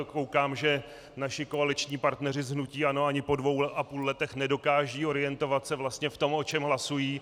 Koukám, že naši koaliční partneři z hnutí ANO ani po dvou a půl letech nedokážou se orientovat vlastně v tom, o čem hlasují.